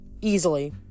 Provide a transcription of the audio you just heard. easily